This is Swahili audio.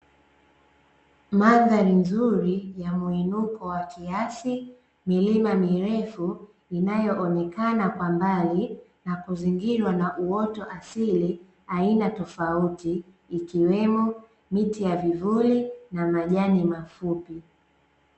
Mandhari nzuri ya mwinuko wa kiasi, milima mirefu inayoonekana kwa mbali na kuzingirwa na uoto asili aina tofauti, ikiwemo; miti ya vivuli na majani mafupi.